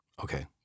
Okay